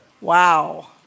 Wow